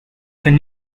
can